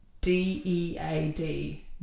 d-e-a-d